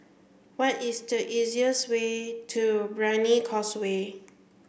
what is the easiest way to Brani Causeway